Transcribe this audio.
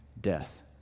death